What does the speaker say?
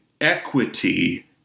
equity